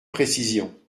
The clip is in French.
précision